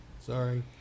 Sorry